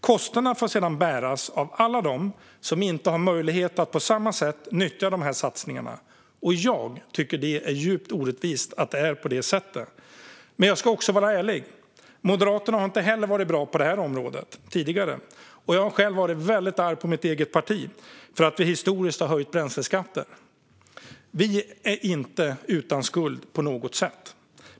Kostnaderna får sedan bäras av alla dem som inte har möjlighet att på samma sätt nyttja dessa satsningar. Att det är på det sättet tycker jag är djupt orättvist. Men jag ska vara ärlig. Moderaterna har tidigare heller inte varit bra på detta område. Jag har själv varit väldigt arg på mitt eget parti för att det historiskt har höjt bränsleskatten. Vi är inte på något sätt utan skuld.